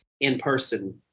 in-person